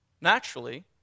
naturally